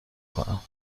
کنم